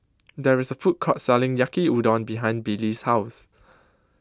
There IS A Food Court Selling Yaki Udon behind Billy's House